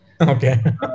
Okay